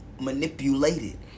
manipulated